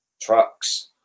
trucks